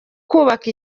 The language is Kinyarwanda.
kubaka